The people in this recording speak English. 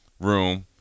room